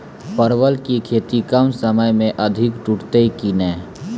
परवल की खेती कम समय मे अधिक टूटते की ने?